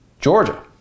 Georgia